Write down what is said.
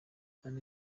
anne